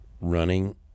running